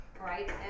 right